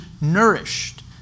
nourished